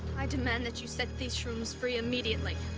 i demand that you set these shrooms free immediately.